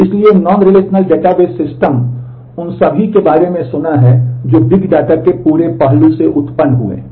इसलिए non relational के पूरे पहलू से उत्पन्न हुए हैं